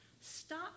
Stop